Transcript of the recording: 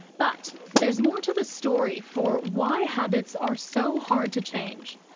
but there's more to the story for why habits are so hard to change.